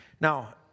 Now